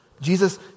Jesus